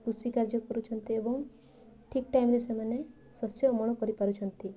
କୃଷି କାର୍ଯ୍ୟ କରୁଛନ୍ତି ଏବଂ ଠିକ୍ ଟାଇମ୍ରେ ସେମାନେ ଶସ୍ୟ ଅମଳ କରିପାରୁଛନ୍ତି